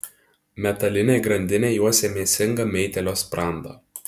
metalinė grandinė juosia mėsingą meitėlio sprandą